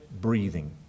breathing